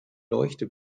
leuchte